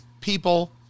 people